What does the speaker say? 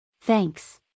Thanks